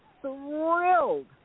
thrilled